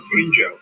angel